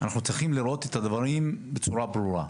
אנחנו צריכים לראות את הדברים בצורה ברורה.